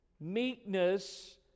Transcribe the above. meekness